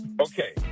Okay